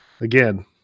again